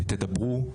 ותדברו,